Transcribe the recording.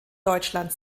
deutschland